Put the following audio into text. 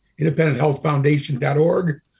independenthealthfoundation.org